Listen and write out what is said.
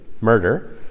murder